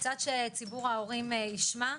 שציבור ההורים ישמע.